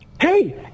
Hey